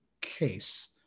case